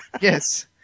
Yes